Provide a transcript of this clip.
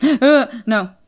no